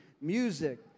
music